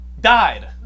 died